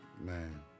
Man